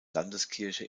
landeskirche